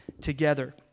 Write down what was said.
together